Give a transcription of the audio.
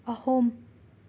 ꯑꯍꯨꯝ